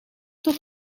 toch